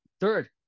Third